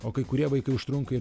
o kai kurie vaikai užtrunka ir